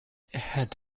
had